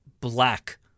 black